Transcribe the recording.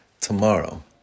tomorrow